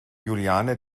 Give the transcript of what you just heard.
juliane